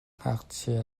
ngakchia